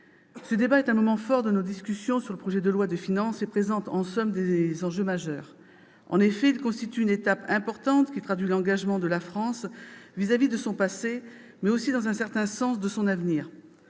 ce débat est un moment fort de nos discussions sur le projet de loi de finances et présente, en somme, des enjeux majeurs. En effet, il constitue une étape importante qui traduit l'engagement de la France vis-à-vis de son passé, mais aussi, dans un certain sens, de son avenir.